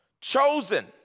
chosen